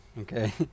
Okay